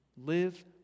Live